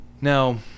Now